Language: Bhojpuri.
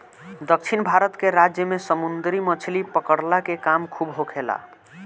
दक्षिण भारत के राज्य में समुंदरी मछली पकड़ला के काम खूब होखेला